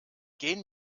gehen